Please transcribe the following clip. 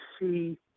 see